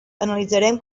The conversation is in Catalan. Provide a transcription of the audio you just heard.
analitzarem